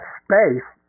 space